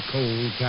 Cold